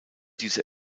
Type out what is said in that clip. diese